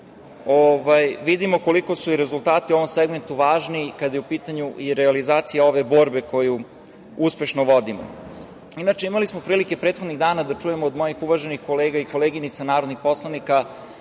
vidimo koliko su i rezultati u ovom segmentu veoma važni, kada je u pitanju i realizacija ove borbe koju uspešno vodimo. Inače, imali smo prilike prethodnih dana da čujemo od mojih uvaženih kolega i koleginica narodnih poslanika